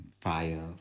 Fire